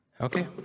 Okay